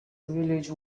village